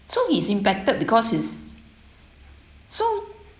so he's impacted because he's so